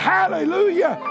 Hallelujah